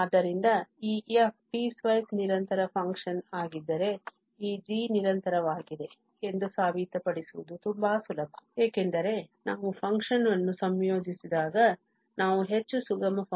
ಆದ್ದರಿಂದ ಈ f piecewise ನಿರಂತರ function ಆಗಿದ್ದರೆ ಈ g ನಿರಂತರವಾಗಿದೆ ಎಂದು ಸಾಬೀತುಪಡಿಸುವುದು ತುಂಬಾ ಸುಲಭ ಏಕೆಂದರೆ ನಾವು function ವನ್ನು ಸಂಯೋಜಿಸಿದಾಗ ನಾವು ಹೆಚ್ಚು ಸುಗಮ function ನ್ನು ಪಡೆಯುತ್ತೇವೆ